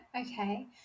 okay